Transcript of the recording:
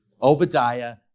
Obadiah